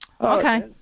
Okay